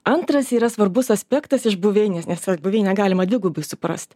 antras yra svarbus aspektas iš buveinės nes va buveinę galima dvigubai suprast